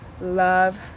love